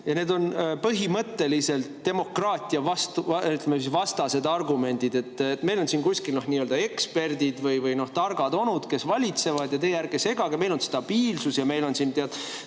need on põhimõtteliselt demokraatiavastased argumendid: meil on siin kuskil nii-öelda eksperdid või targad onud, kes valitsevad, ja teie ärge segage, meil on stabiilsus ja meil on siin teatud